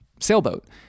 sailboat